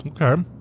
Okay